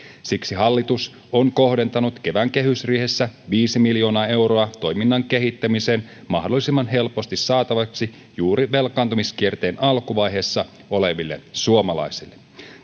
siksi hallitus on kohdentanut kevään kehysriihessä viisi miljoonaa euroa toiminnan kehittämiseen mahdollisimman helposti saatavaksi juuri velkaantumiskierteen alkuvaiheessa oleville suomalaisille